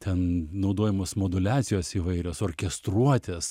ten naudojamos moduliacijos įvairios orkestruotės